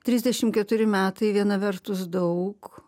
trisdešim keturi metai viena vertus daug